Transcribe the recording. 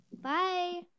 Bye